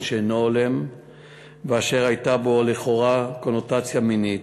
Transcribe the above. שאינו הולם ואשר הייתה בו לכאורה קונוטציה מינית.